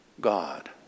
God